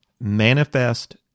manifest